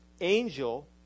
angel